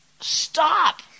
stop